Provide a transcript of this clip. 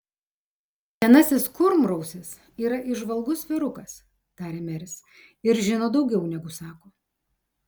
senasis kurmrausis yra įžvalgus vyrukas tarė meris ir žino daugiau negu sako